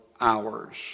hours